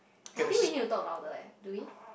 I think we need to talk louder eh do we